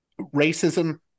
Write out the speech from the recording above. racism